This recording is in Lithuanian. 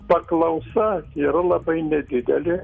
paklausa yra labai nedidelė